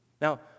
Now